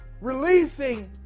releasing